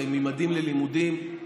זה "ממדים ללימודים",